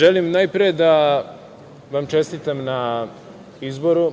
želim najpre da vam čestitam na izboru